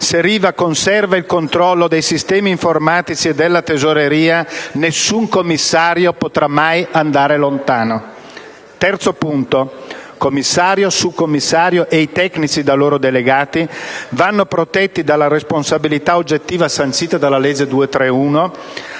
se Riva conserva il controllo dei sistemi informatici e della tesoreria nessun commissario potrà mai andare lontano. In terzo luogo, commissario, subcommissario e i tecnici da loro delegati vanno protetti dalla responsabilità oggettiva, sancita dalla legge n.